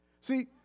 See